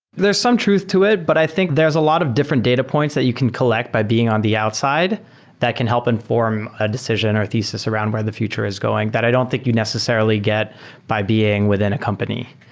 there's some truth to it, but i think there's a lot of different data points that you can collect by being on the outside that can help inform a decision or thesis around where the future is going that i don't think you necessarily get by being within a company,